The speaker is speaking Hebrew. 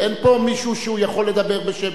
אין פה מישהו שיכול לדבר בשם,